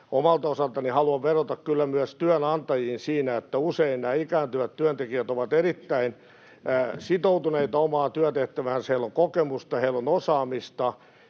Omalta osaltani haluan vedota kyllä myös työnantajiin siinä, että usein nämä ikääntyvät työntekijät ovat erittäin sitoutuneita omaan työtehtäväänsä, heillä on kokemusta, heillä on osaamista,